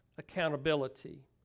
Accountability